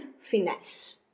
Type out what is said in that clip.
finesse